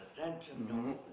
attention